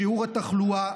בשיעור התחלואה,